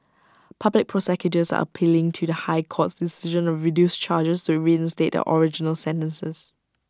public prosecutors are pealing to the high court's decision of reduced charges to reinstate their original sentences